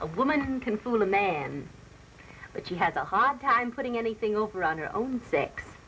a woman can fool a man but she has a hard time putting anything over on her own s